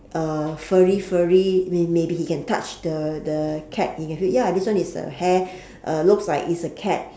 uh furry furry we maybe he can touch the the cat he can feel ya this one is uh hair uh looks like it's a cat